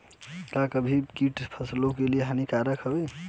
का सभी कीट फसलों के लिए हानिकारक हवें?